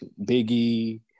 Biggie